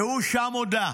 והוא שם הודה: